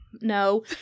No